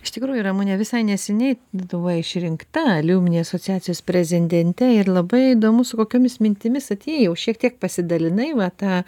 iš tikrųjų ramune visai neseniai tu buvai išrinkta aliumni asociacijos prezidente ir labai įdomu su kokiomis mintimis atėjai jau šiek tiek pasidalinai va tą